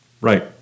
Right